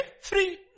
free